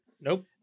Nope